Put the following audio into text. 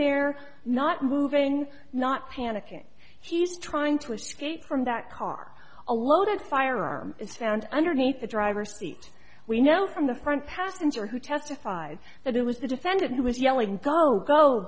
there not moving not panicking she's trying to escape from that car a loaded firearm is found underneath the driver's seat we know from the front passenger who testified that it was the defendant who was yelling go go